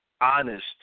honest